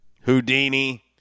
Houdini